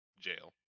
jail